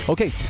Okay